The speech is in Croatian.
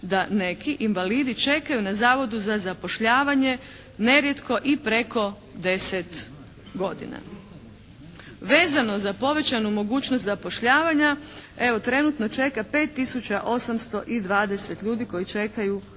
da neki invalidi čekaju na Zavodu za zapošljavanje nerijetko i preko deset godina. Vezano za povećanu mogućnost zapošljavanja evo trenutno čeka 5 tisuća i 820 ljudi koji čekaju na